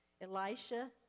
Elisha